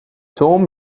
توم